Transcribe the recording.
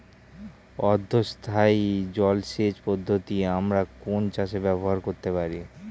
অর্ধ স্থায়ী জলসেচ পদ্ধতি আমরা কোন চাষে ব্যবহার করতে পারি?